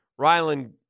Rylan